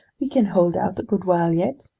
we can hold out a good while yet!